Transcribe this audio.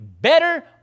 better